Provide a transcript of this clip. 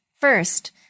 First